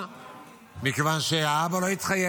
יהיו לך שלוש דקות,